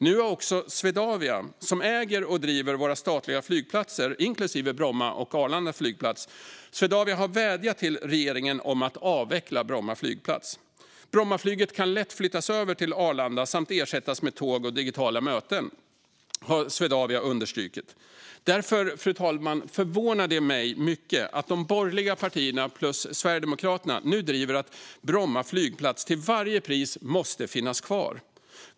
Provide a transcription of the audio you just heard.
Nu har också Swedavia, som äger och driver våra statliga flygplatser inklusive Bromma och Arlanda, vädjat till regeringen att avveckla Bromma flygplats. Brommaflyget kan lätt flyttas över till Arlanda samt ersättas med tåg och digitala möten, understryker Swedavia. Därför, fru talman, förvånar det mig mycket att de borgerliga partierna plus Sverigedemokraterna nu driver att Bromma flygplats till varje pris ska finnas kvar.